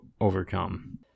overcome